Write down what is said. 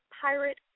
pirate